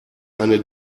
eine